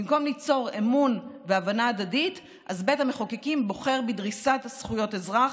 במקום ליצור אמון והבנה הדדית בית המחוקקים בוחר בדריסת זכויות אזרח,